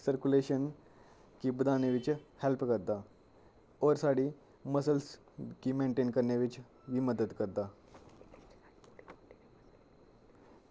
circulation कि बधाने विच हैल्प करदा और साढ़ी मसल्स गी मेंटेन करने विच वी मदद करदा